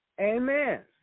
Amen